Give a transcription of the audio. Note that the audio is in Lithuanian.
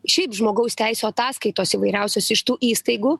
šiaip žmogaus teisių ataskaitos įvairiausios iš tų įstaigų